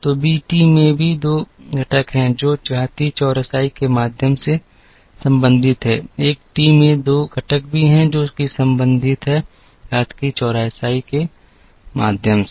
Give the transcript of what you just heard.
तो b t में भी 2 घटक हैं जो घातीय चौरसाई के माध्यम से संबंधित हैं एक t में 2 घटक भी हैं जो कि संबंधित हैं घातीय चौरसाई के माध्यम से